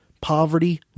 Poverty